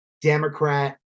Democrat